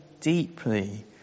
deeply